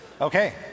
Okay